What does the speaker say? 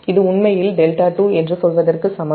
இது உண்மையில் δ2 என்று சொல்வதற்கு சமம்